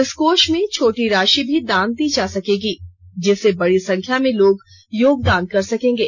इस कोष में छोटी राशि भी दान दी जा सकेगी जिससे बड़ी संख्या में लोग योगदान कर सकेंगे